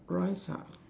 rice ah